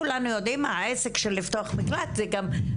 כולנו יודעים שלפתוח מקלט זה עסק מורכב,